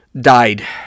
died